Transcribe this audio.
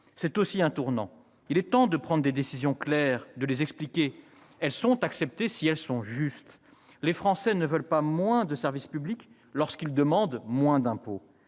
marque aussi un tournant. Il est temps de prendre des décisions claires et de les expliquer. Les décisions sont acceptées si elles sont justes ! Les Français ne veulent pas moins de services publics lorsqu'ils demandent moins d'impôts